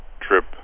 trip